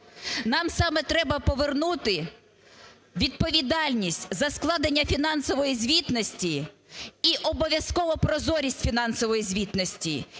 Нам саме треба повернути відповідальність за складення фінансової звітності і обов'язково прозорість фінансової звітності.